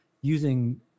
using